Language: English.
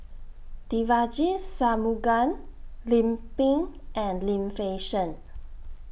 Devagi Sanmugam Lim Pin and Lim Fei Shen